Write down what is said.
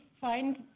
find